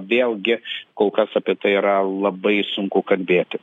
vėlgi kol kas apie tai yra labai sunku kalbėti